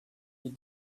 your